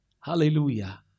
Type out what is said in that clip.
Hallelujah